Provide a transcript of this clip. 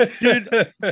dude